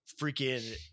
freaking